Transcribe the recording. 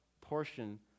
portion